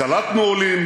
קלטנו עולים,